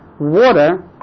water